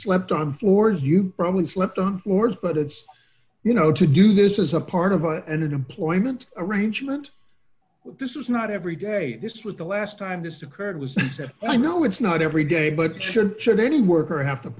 slept on floors you probably slept on floors but it's you know to do this is a part of an employment arrangement this is not every day this was the last time this occurred was i know it's not every day but should should any worker have to